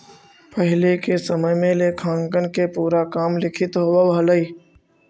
पहिले के समय में लेखांकन के पूरा काम लिखित होवऽ हलइ